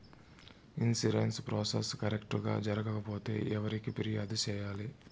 insurance process correct గా జరగకపోతే ఎవరికి ఫిర్యాదు సేయాలి